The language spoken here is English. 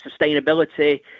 sustainability